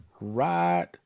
right